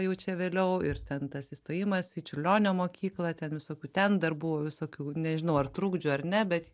jau čia vėliau ir ten tas įstojimas į čiurlionio mokyklą ten visokių ten dar buvo visokių nežinau ar trukdžių ar ne bet